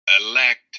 elect